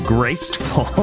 Graceful